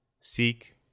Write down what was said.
Seek